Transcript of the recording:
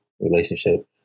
relationship